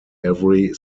every